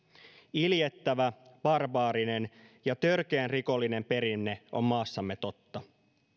iljettävä barbaarinen ja törkeän rikollinen perinne on maassamme totta